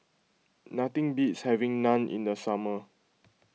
nothing beats having Naan in the summer